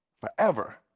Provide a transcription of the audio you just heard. forever